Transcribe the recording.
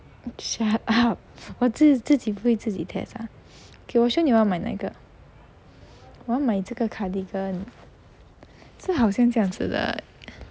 shut up 我自自己不会自己 test ah k 我 show 你我要买哪一个我要买这个 cardigan 是好像这样子的